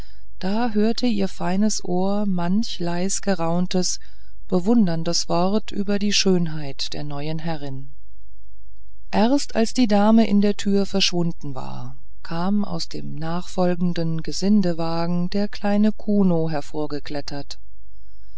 da hörte ihr feines ohr manch leis gerauntes bewunderndes wort über die schönheit der neuen herrin erst als die dame in der tür verschwunden war kam aus dem nachfolgenden gesindewagen der kleine kuno